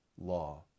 law